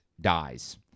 dies